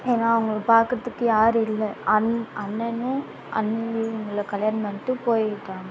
ஏன்னா அவங்கள பார்க்குறதுக்கு யாரும் இல்லை அண் அண்ணணும் அண்ணியும் அவங்கள கல்யாணம் பண்ணிகிட்டு போயிவிட்டாங்க